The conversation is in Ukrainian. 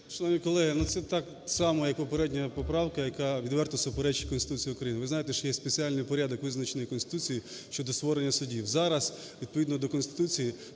Шановні колеги, це так само, як попередня поправка, яка відверто суперечить Конституції України. Ви знаєте, що є спеціальний порядок, визначений Конституцією, щодо створення судів. Зараз відповідно до Конституції